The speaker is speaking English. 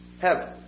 heaven